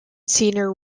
senior